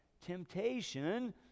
temptation